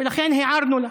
ולכן הערנו לה.